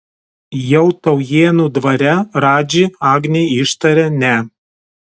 jau taujėnų dvare radži agnei ištarė ne